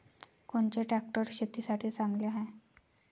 कोनचे ट्रॅक्टर शेतीसाठी चांगले हाये?